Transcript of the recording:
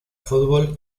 fútbol